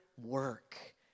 work